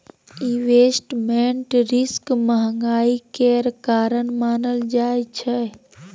investment risk महंगाई केर कारण मानल जाइ छै